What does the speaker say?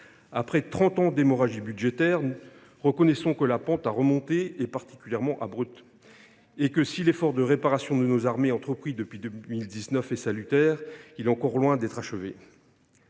Après trente ans d’hémorragie budgétaire, reconnaissons que la pente à remonter est particulièrement abrupte et que, si l’effort de réparation de nos armées entrepris en 2019 est salutaire, il est encore loin d’être achevé.